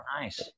nice